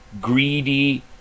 greedy